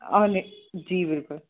और नहीं जी बिल्कुल